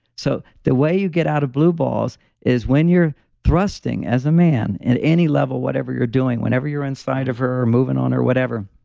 so, the way you get out of blue balls is when you're thrusting as a man at any level, whatever you're doing, whenever you're inside of her, moving on, or whatever,